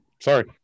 Sorry